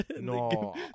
No